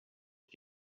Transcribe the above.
but